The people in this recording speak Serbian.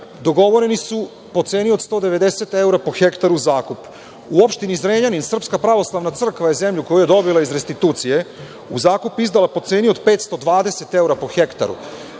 dogovoreni su po ceni od 190 evra po hektaru u zakup. U opštini Zrenjanin, Srpska pravoslavna crkva je zemlju koju je dobila iz restitucije u zakup izdala po ceni od 520 evra po hektaru.